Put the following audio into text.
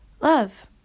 love